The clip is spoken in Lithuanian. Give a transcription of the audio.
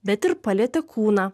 bet ir palietė kūną